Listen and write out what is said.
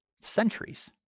centuries